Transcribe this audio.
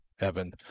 Evan